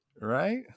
right